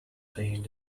being